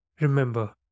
Remember